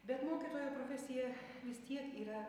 bet mokytojo profesija vis tiek yra